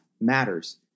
matters